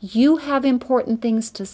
you have important things to